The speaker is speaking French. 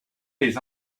les